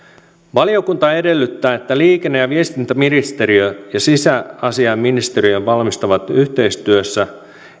valiokunta edellyttää että liikenne ja viestintäministeriö ja sisäasiainministeriö varmistavat yhteistyössä